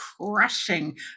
crushing